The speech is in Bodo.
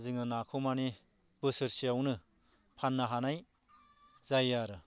जोङो नाखौ मानि बोसोरसेयावनो फाननो हानाय जायो आरो